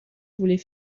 voulait